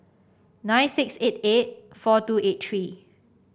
nine six eight eight four two eight three